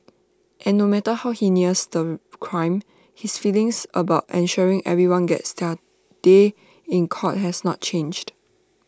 and no matter how heinous the crime his feelings about ensuring everyone gets their day in court has not changed